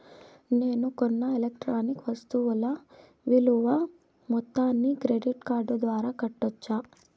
నేను కొన్న ఎలక్ట్రానిక్ వస్తువుల విలువ మొత్తాన్ని క్రెడిట్ కార్డు ద్వారా కట్టొచ్చా?